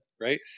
Right